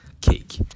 cake